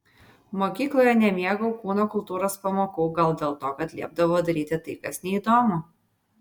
mokykloje nemėgau kūno kultūros pamokų gal todėl kad liepdavo daryti tai kas neįdomu